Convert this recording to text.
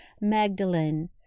Magdalene